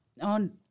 on